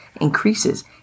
increases